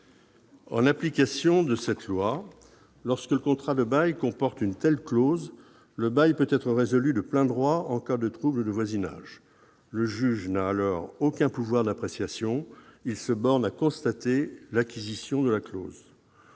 En application de cette loi, lorsque le contrat de bail comporte une telle clause, le bail peut être résolu de plein droit en cas de troubles de voisinage. Le juge n'a alors aucun pouvoir d'appréciation ; il se borne à constater l'acquisition de la clause.